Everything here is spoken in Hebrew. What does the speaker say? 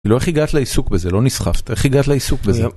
כאילו איך הגעת לעיסוק בזה? לא נסחפת, איך הגעת לעיסוק בזה?